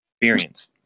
experience